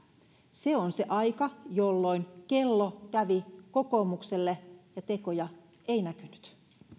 se on se aika jolloin kello kävi kokoomukselle ja tekoja ei näkynyt